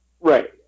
Right